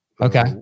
Okay